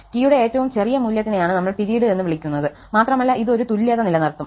t യുടെ ഏറ്റവും ചെറിയ മൂല്യത്തിനെയാണ് നമ്മൾ പിരീഡ് എന്ന് വിളിക്കുന്നത് മാത്രമല്ല ഇത് ഒരു തുല്യത നിലനിർത്തും